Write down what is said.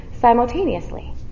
simultaneously